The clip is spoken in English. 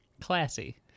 classy